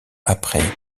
après